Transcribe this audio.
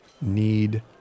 Need